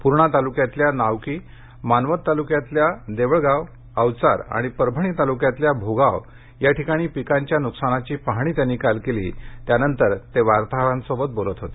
पूर्णा तालुक्यातल्या नावकी मानवत तालुक्यातल्या देवळगव अवचार आणि परभणी तालुक्यातल्या भोगाव या ठिकाणी पिकांच्या नुकसानाची पाहणी त्यांनी काल केली त्यानंतर ते वार्ताहरांशी बोलत होते